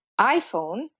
iPhone